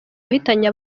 wahitanye